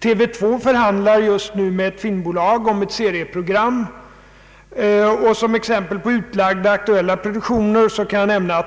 TV 2 förhandlar just med ett filmbolag om ett serieprogram, och som exempel på utlagda aktuella produktioner kan nämnas